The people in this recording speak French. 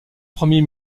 premier